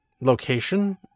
location